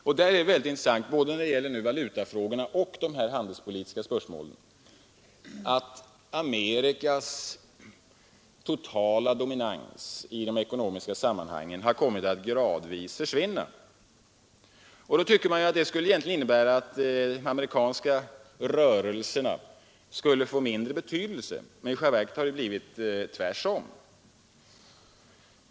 Det är mycket intressant, när det gäller både valutafrågorna och de handelspolitiska spörsmålen, att Amerikas totala dominans i de ekonomiska sammanhangen har kommit att gradvis försvinna. Då tycker man att det egentligen skulle innebära att de amerikanska rörelserna skulle få mindre betydelse, men i själva verket har det blivit tvärtom.